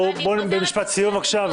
משפט סיום בבקשה,